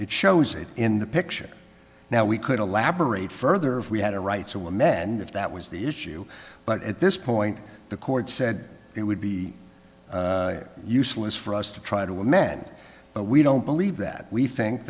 it shows it in the picture now we could elaborate further if we had a right so we met and if that was the issue but at this point the court said it would be useless for us to try to with men but we don't believe that we think